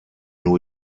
new